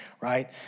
right